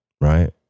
right